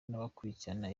n’abakurikirana